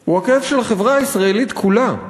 הוא הכאב של החברה הישראלית כולה.